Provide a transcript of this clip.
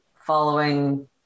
following